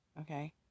okay